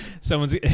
Someone's